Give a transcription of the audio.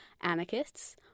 anarchists